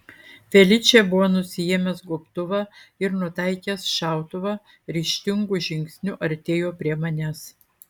feličė buvo nusiėmęs gobtuvą ir nutaikęs šautuvą ryžtingu žingsniu artėjo prie manęs